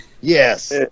Yes